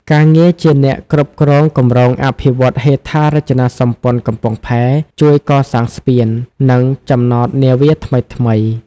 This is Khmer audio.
ការងារជាអ្នកគ្រប់គ្រងគម្រោងអភិវឌ្ឍន៍ហេដ្ឋារចនាសម្ព័ន្ធកំពង់ផែ ជួយកសាងស្ពាន និងចំណតនាវាថ្មីៗ។